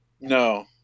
No